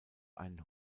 einen